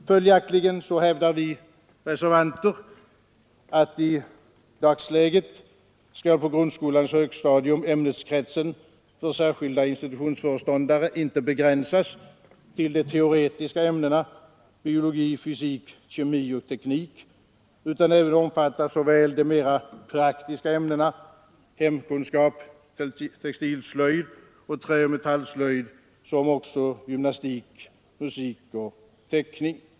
Följaktligen hävdar vi reservanter att i dagsläget skall på grundskolans högstadium ämneskretsen för särskilda institutionsföreståndare inte begränsas till de teoretiska ämnena biologi, fysik, kemi och teknik, utan även omfatta såväl de mera praktiska ämnena hemkunskap, textilslöjd, träoch metallslöjd som gymnastik, musik och teckning.